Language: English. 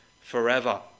forever